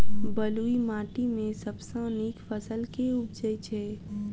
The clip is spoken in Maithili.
बलुई माटि मे सबसँ नीक फसल केँ उबजई छै?